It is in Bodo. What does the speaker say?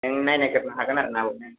नों नायनायग्रोनो हागोन आरो ना